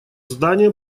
здания